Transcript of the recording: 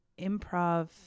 improv